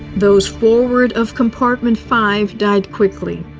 those forward of compartment five died quickly,